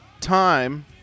Time